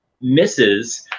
misses